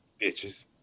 Bitches